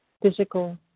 physical